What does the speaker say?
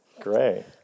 Great